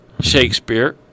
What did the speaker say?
Shakespeare